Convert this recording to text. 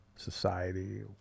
society